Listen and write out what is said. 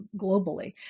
globally